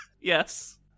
Yes